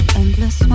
endless